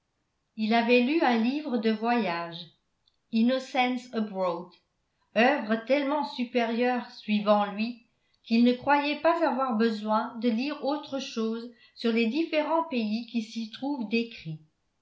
il avait lu un livre de voyages innocents abroad œuvre tellement supérieure suivant lui qu'il ne croyait pas avoir besoin de lire autre chose sur les différents pays qui s'y trouvent décrits